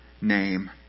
name